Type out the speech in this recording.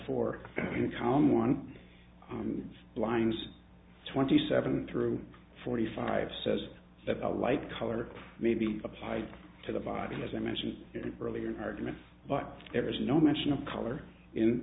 four in column one lines twenty seven through forty five says that the light color may be applied to the body as i mentioned earlier argument but there is no mention of color in